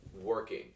working